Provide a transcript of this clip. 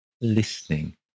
listening